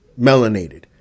melanated